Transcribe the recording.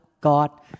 God